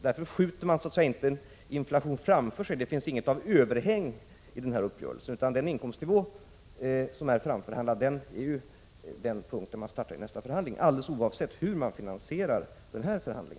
Därför skjuter man inte inflationen framför sig. Det finns inget överhäng i denna uppgörelse, utan den inkomstnivå som är framförhandlad är den punkt vid vilken man startar vid nästa förhandling alldeles oavsett hur man finansierar denna förhandling.